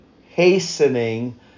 hastening